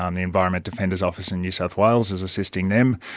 um the environment defenders office in new south wales is assisting them.